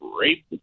rape